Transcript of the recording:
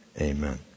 Amen